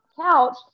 couch